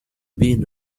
been